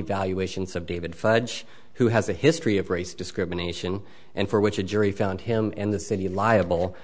evaluations of david fudge who has a history of race discrimination and for which a jury found him and the city of liable